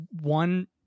one